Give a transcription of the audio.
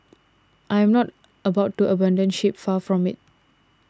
I am not about to abandon ship far from it